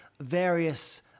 various